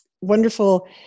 wonderful